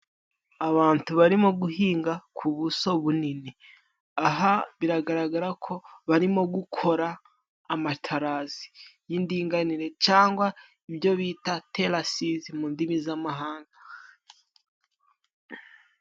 Abantu barimo guhinga ku buso bunini, aha biragaragara ko barimo gukora amatarasi y'indinganire, cyangwa ibyo bita terasizi mu ndimi z'amahanga.